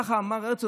כך אמר הרצל.